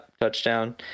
touchdown